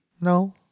No